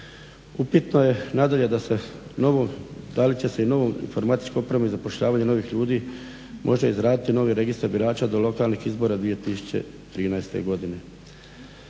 Upitno je nadalje da li se i novom informatičkom opremom i zapošljavanjem novih ljudi može izraditi novi registar birača do lokalnih izbora 2013. godine?